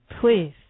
please